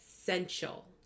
essential